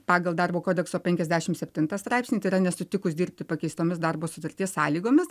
pagal darbo kodekso penkiasdešim septintą straipsnį tai yra nesutikus dirbti pakeistomis darbo sutarties sąlygomis